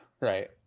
right